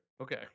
Okay